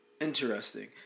interesting